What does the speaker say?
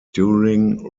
during